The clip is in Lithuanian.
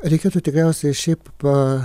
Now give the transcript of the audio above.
reikėtų tikriausiai šiaip pa